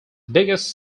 biggest